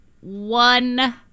one